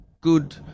good